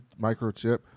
microchip